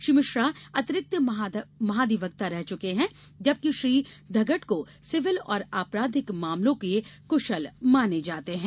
श्री मिश्रा अतिरिक्त महाधिवक्ता रह चुके हैं जबकि श्री धगट को सिविल और आपराधिक मामलों कुशल माने जाते है